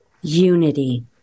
unity